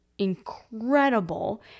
incredible